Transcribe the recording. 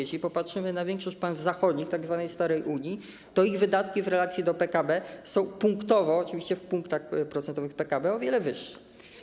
Jeśli popatrzymy na większość państw zachodnich, tzw. starej Unii, to ich wydatki w relacji do PKB są punktowo, oczywiście w punktach procentowych PKB, o wiele wyższe.